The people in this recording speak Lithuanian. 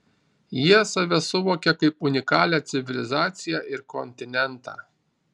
jie save suvokia kaip unikalią civilizaciją ir kontinentą